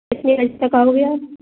कितने तक आओगे आप